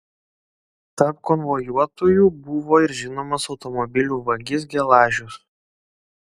tarp konvojuotųjų buvo ir žinomas automobilių vagis gelažius